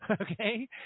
Okay